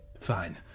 Fine